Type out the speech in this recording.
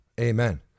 Amen